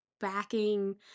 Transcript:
backing